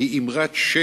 היא אמרת שקר